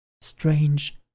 strange